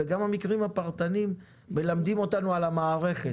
גם המקרים הפרטניים מלמדים אותנו על המערכת.